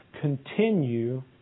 Continue